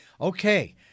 okay